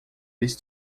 eles